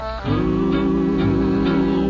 cool